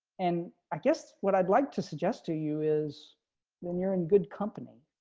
and i guess what i'd like to suggest to you is when you're in good company.